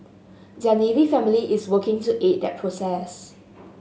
their navy family is working to aid that process